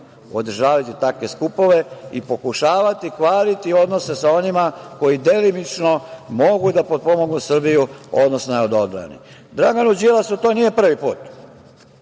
održavati takve skupove i pokušavati kvariti odnose sa onima koji delimično mogu da potpomognu Srbiju, odnosno da je odbrane. Draganu Đilasu to nije prvi put.